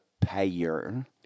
payer